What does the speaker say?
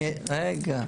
רגע.